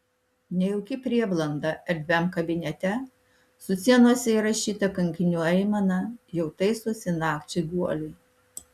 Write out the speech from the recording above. nejauki prieblanda erdviam kabinete su sienose įrašyta kankinių aimana jau taisosi nakčiai guolį